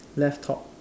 left top